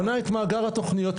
בנה את מאגר התוכניות.